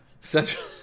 Central